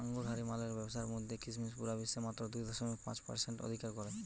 আঙুরহারি মালের ব্যাবসার মধ্যে কিসমিস পুরা বিশ্বে মাত্র দুই দশমিক পাঁচ পারসেন্ট অধিকার করে